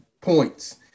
points